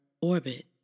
orbit